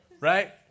Right